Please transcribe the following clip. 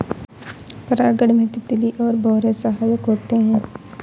परागण में तितली और भौरे सहायक होते है